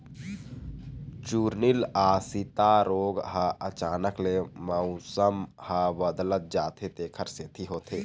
चूर्निल आसिता रोग ह अचानक ले मउसम ह बदलत जाथे तेखर सेती होथे